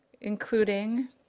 including